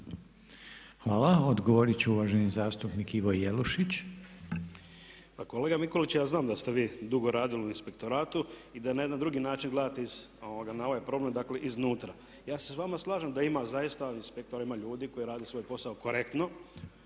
Hvala. Odgovorit će uvaženi zastupnik Ivo Jelušić. **Jelušić, Ivo (SDP)** Pa kolega Mikulić, ja znam da ste vi dugo radili u inspektoratu i da na jedan drugi način gledate na ovaj problem, dakle iz unutra. Ja se s vama slažem da ima zaista u inspektorima ljudi koji rade svoj posao korektno